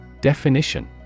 Definition